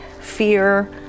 fear